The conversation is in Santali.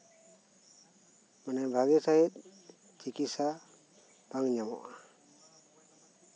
ᱢᱟᱱᱮ ᱵᱷᱟᱜᱮ ᱥᱟᱸᱦᱤᱡ ᱪᱤᱠᱤᱥᱥᱟ ᱵᱟᱝ ᱧᱟᱢᱚᱜᱼᱟ